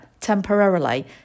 temporarily